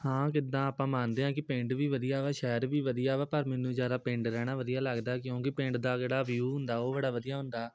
ਹਾਂ ਕਿੱਦਾਂ ਆਪਾਂ ਮੰਨਦੇ ਹਾਂ ਕਿ ਪਿੰਡ ਵੀ ਵਧੀਆ ਵਾ ਸ਼ਹਿਰ ਵੀ ਵਧੀਆ ਵਾ ਪਰ ਮੈਨੂੰ ਜ਼ਿਆਦਾ ਪਿੰਡ ਰਹਿਣਾ ਵਧੀਆ ਲੱਗਦਾ ਕਿਉਂਕਿ ਪਿੰਡ ਦਾ ਜਿਹੜਾ ਵਿਊ ਹੁੰਦਾ ਉਹ ਬੜਾ ਵਧੀਆ ਹੁੰਦਾ